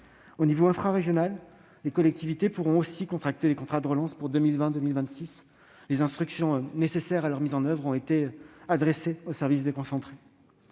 l'échelon infrarégional, les collectivités pourront aussi souscrire le contrat de relance pour 2020-2026. Les instructions nécessaires à leur mise en oeuvre ont été adressées aux services déconcentrés.